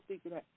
speaking